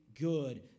Good